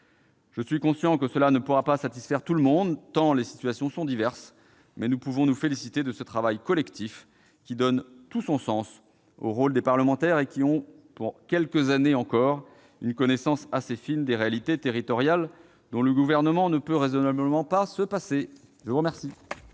Je suis conscient que ce texte ne pourra pas satisfaire tout le monde, tant les situations sont diverses, mais nous pouvons nous féliciter de ce travail collectif, qui donne tout son sens au rôle des parlementaires, lesquels ont, pour quelques années encore, une connaissance assez fine des réalités territoriales dont le Gouvernement ne peut raisonnablement pas se passer. La discussion